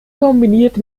kombiniert